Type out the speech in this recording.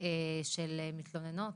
של מתלוננות,